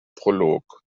prolog